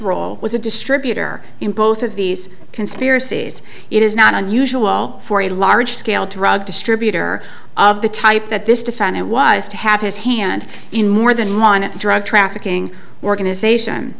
role was a distributor in both of these conspiracies it is not unusual for a large scale drug distributor of the type that this defendant was to have his hand in more than one drug trafficking organization